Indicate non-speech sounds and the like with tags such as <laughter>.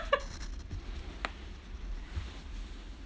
<laughs>